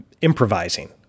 improvising